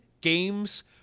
games